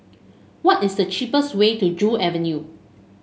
what is the cheapest way to Joo Avenue